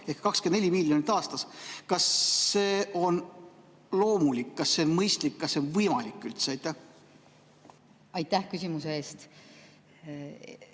ehk 24 miljonit aastas, kas see on loomulik, kas see on mõistlik, kas see on võimalik üldse? Suur tänu,